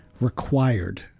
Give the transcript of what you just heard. required